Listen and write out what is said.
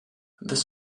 this